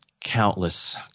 countless